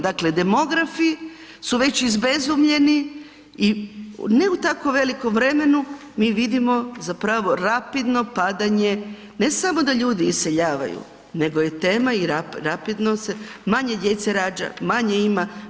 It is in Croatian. Dakle demografi su već izbezumljeni i ne u tako velikom vremenu mi vidimo zapravo rapidno padanje ne samo da ljudi iseljavaju nego je tema i rapidno se manje djece rađa, manje ima.